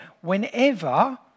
Whenever